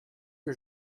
que